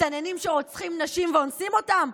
מסתננים שרוצחים נשים ואונסים אותן?